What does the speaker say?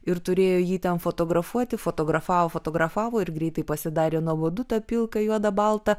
ir turėjo jį ten fotografuoti fotografavo fotografavo ir greitai pasidarė nuobodu ta pilka juoda balta